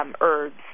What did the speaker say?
Herbs